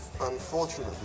Unfortunately